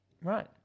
Right